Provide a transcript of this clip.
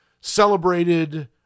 celebrated